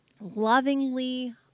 lovingly